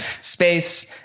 space